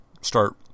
start